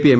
P M